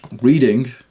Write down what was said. reading